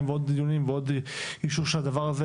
ועוד דיונים ועוד אישור של הדבר הזה.